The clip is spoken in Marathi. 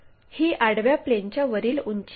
ही आडव्या प्लेनच्या वरील उंची आहे